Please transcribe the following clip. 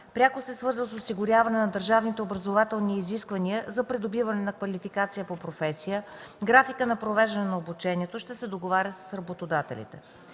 пряко се свързва с осигуряване на държавните образователни изисквания за придобиване на квалификация по професия. Графикът на провеждане на обучението ще се договаря с работодателите.